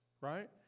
Right